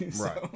Right